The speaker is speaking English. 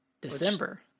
December